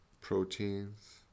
proteins